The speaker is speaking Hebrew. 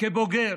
וכבוגר